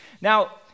Now